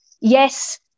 yes